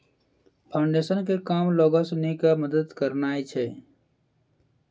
foundation के काम लोगो सिनी के मदत करनाय छै